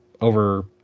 over